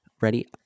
Ready